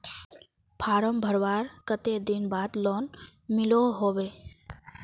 Form भरवार कते दिन बाद लोन मिलोहो होबे?